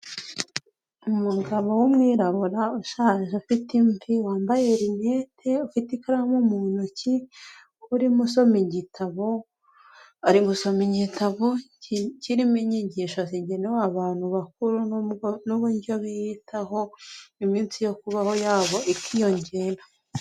Umugabo w'umwirabura ushaje ufite imvi, wambaye linete ufite ikaramu mu ntoki urimo usoma igitabo, ari gusoma igitabo kirimo inyigisho zigenewe abantu bakuru n'uburyo biyitaho iminsi yo kubaho yabo ikiyongera.